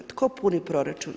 Tko puni proračun?